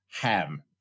ham